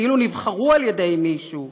כאילו נבחרו על ידי מישהו.